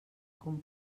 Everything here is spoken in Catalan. com